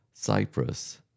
Cyprus